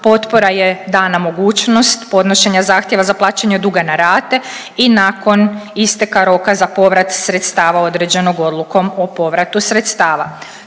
potpora je dana mogućnost podnošenja zahtjeva za plaćanje duga na rate i nakon isteka roka za povrat sredstava određenog odlukom o povratu sredstava.